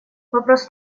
вопрос